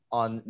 on